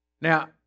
Now